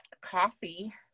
coffee